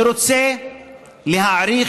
אני רוצה להעריך,